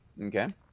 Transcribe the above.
Okay